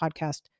podcast